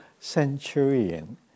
Centurion